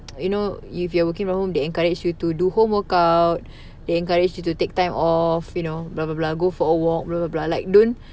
you know if you are working from home they encourage you to do home workout they encourage you to take time off you know blah blah go for a walk blah blah blah like don't